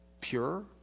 pure